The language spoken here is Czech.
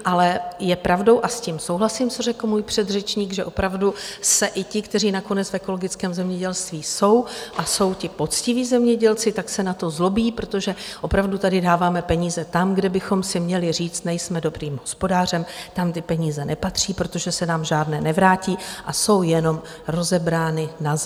Ale je pravdou, a s tím souhlasím, co řekl můj předřečník, že opravdu se i ti, kteří nakonec v ekologickém zemědělství jsou a jsou ti poctiví zemědělci, tak se na to zlobí, protože opravdu tady dáváme peníze tam, kde bychom si měli říct: nejsme dobrým hospodářem, tam ty peníze nepatří, protože se nám žádné nevrátí a jsou jenom rozebrány nazmar.